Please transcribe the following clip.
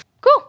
Cool